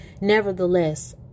nevertheless